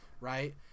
right